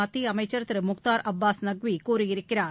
மத்திய அமைச்சர் திரு முக்தார் அப்பாஸ் நக்வி கூறியிருக்கிறார்